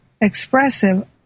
expressive